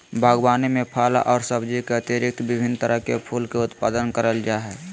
बागवानी में फल और सब्जी के अतिरिक्त विभिन्न तरह के फूल के उत्पादन करल जा हइ